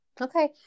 Okay